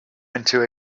into